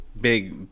Big